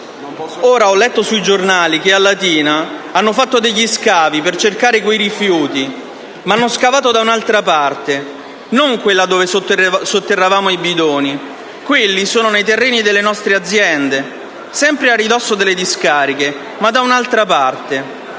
«Ora ho letto sui giornali che a Latina hanno fatto degli scavi per cercare quei rifiuti, ma hanno scavato da un'altra parte, non quella dove sotterravamo i bidoni, quelli sono nei terreni delle nostre aziende, sempre a ridosso delle discariche, ma da un'altra parte.